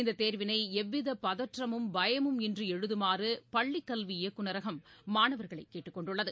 இந்த தேர்வினை எவ்வித பதற்றமும் பயமும் இன்றி எழுதமாறு பள்ளிக்கல்வி இயக்குநரகம் மாணவர்களை கேட்டுக்கொண்டுள்ளது